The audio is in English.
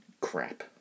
crap